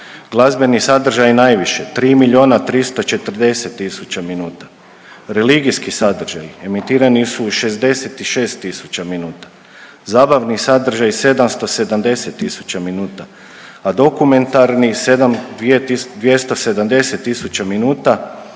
glazbeni sadržaj najviše, 3 340 000 minuta, religijski sadržaj emitirani su u 66 tisuća minuta. Zabavni sadržaj 770 tisuća minuta, a dokumentarni 7, 270 tisuća